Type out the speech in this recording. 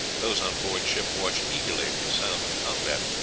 those on board ship watched eagerly for the sound of combat.